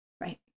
right